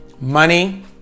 Money